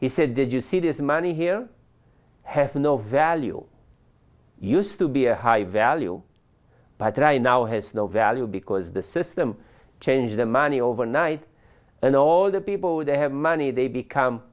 said you see it is money here has no value used to be a high value but right now has no value because the system changed the money overnight and all the people they have money they become